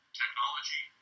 technology